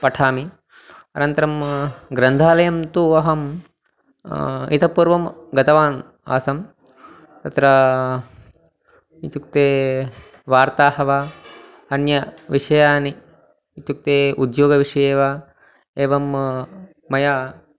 पठामि अनन्तरं ग्रन्थालयं तु अहम् इतःपूर्वं गतवान् आसम् अत्र इत्युक्ते वार्ताः वा अन्यविषयाः इत्युक्ते उद्योगविषये वा एवं मया